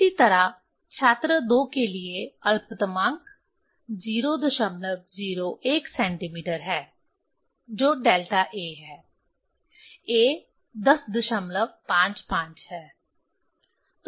इसी तरह छात्र 2 के लिए अल्पतमांक 001 सेंटीमीटर है जो डेल्टा a है a 1055 है